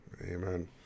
Amen